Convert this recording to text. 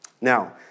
Now